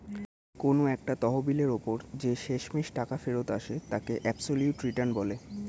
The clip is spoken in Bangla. কোন একটা তহবিলের ওপর যে শেষমেষ টাকা ফেরত আসে তাকে অ্যাবসলিউট রিটার্ন বলে